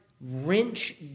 wrench